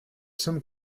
some